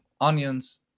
onions